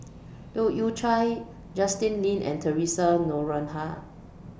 Leu Yew Chye Justin Lean and Theresa Noronha